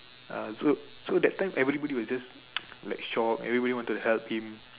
uh so so that time everybody was just like shocked everybody wanted to help him